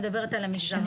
זאת